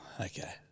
okay